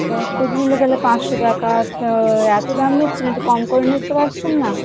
দশ কেজি নিলে তাহলে পাঁচশো টাকা তা এতো দাম নিচ্ছেন একটু কম করে নিতে পারছেন না